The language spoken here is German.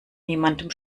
niemandem